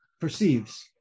perceives